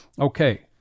Okay